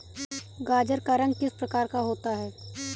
गाजर का रंग किस प्रकार का होता है?